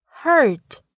hurt